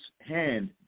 hand